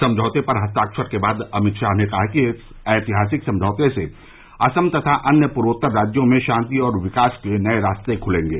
समझौते पर हस्ताक्षर के बाद श्री अमित शाह ने कहा कि इस ऐतिहासिक समझौते से असम तथा अन्य पूर्वोत्तर राज्यों में शांति और विकास के नये रास्ते ख्लेंगे